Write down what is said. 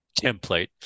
template